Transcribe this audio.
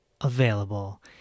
available